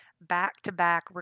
back-to-back